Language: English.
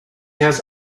has